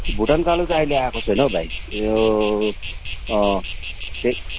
भुटानको आलु त अहिले आएको छैन हौ भाइ ऊ यो